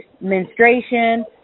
menstruation